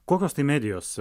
kokios tai medijos